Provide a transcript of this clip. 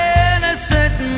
innocent